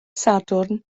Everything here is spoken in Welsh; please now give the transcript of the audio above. sadwrn